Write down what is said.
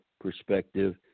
perspective